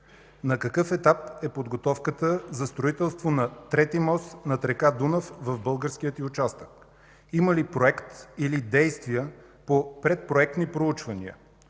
на какъв етап е подготовката за строителство на трети мост над река Дунав в българския й участък? Има ли проект или действия по предпроектни проучвания?